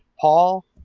Paul